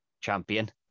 champion